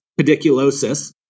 pediculosis